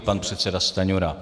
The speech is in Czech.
Pan předseda Stanjura.